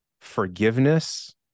forgiveness